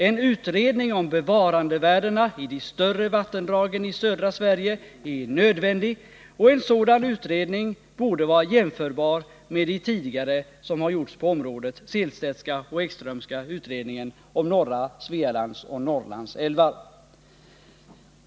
En utredning om bevarandevärdena i de större vattendragen i södra Sverige är nödvändig, och en sådan utredning borde vara jämförbar med de tidigare som gjorts på området — Sehlstedtska och Ekströmska utredningarna om norra Svealands och Norrlands älvar.